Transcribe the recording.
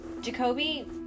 Jacoby